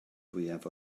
fwyaf